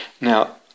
Now